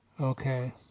okay